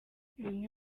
bimwe